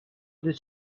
did